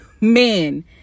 men